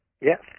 Yes